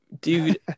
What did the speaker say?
dude